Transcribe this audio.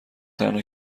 تنها